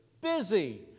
busy